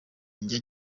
njya